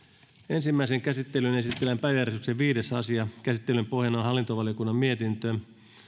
ensimmäiseen käsittelyyn esitellään päiväjärjestyksen viides asia käsittelyn pohjana on hallintovaliokunnan mietintö